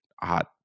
hot